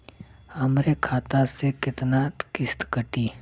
हमरे खाता से कितना किस्त कटी?